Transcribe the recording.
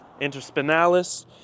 interspinalis